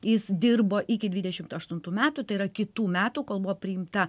jis dirbo iki dvidešimt aštuntų metų tai yra kitų metų kol buvo priimta